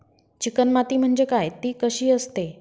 Chicken माती म्हणजे काय? ति कशी असते?